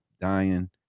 dying